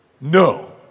No